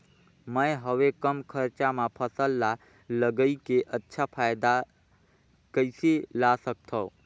मैं हवे कम खरचा मा फसल ला लगई के अच्छा फायदा कइसे ला सकथव?